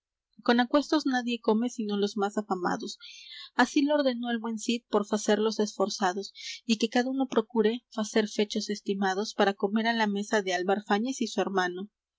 con aquestos nadie come sino los más afamados así lo ordenó el buen cid por facerlos esforzados y que cada uno procure facer fechos estimados para comer á la mesa de álvar fáñez y su hermano